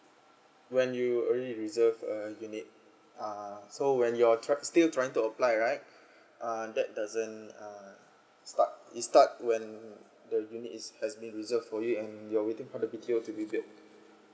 when you already reserve a unit uh so when you're trying still trying to apply right uh that doesn't uh start it start when uh the unit is has been reserved for you and you're waiting for the B_T_O to be built